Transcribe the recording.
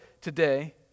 today